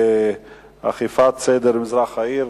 אכיפת סדר במזרח-ירושלים.